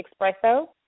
Expresso